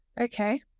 Okay